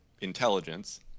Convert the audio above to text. intelligence